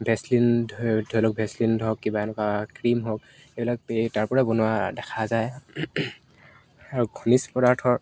Vaseline ধৰি লওক ভেষ্টিন হওক কিবা এনেকুৱা ক্ৰীম হওক এইবিলাক এই তাৰ পৰাই বনোৱা দেখা যায় আৰু ঘনছ পদাৰ্থ